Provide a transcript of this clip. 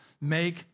make